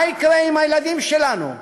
מה יקרה עם הילדים שלנו?